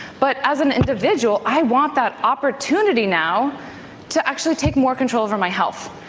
but as an individual i want that opportunity now to actually take more control over my health,